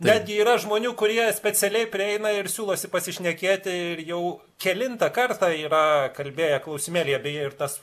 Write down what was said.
betgi yra žmonių kurie specialiai prieina ir siūlosi pasišnekėti ir jau kelintą kartą yra kalbėję klausimėlyje beje ir tas